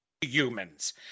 humans